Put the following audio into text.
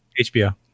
HBO